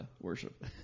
worship